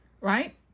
right